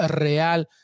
Real